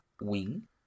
wing